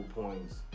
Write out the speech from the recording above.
points